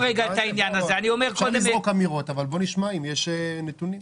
אם יש נתונים.